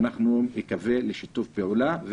ואנחנו נקווה לשיתוף פעולה.